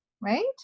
right